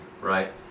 right